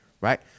right